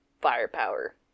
firepower